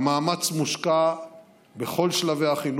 המאמץ מושקע בכל שלבי החינוך,